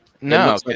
no